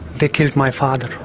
they killed my father.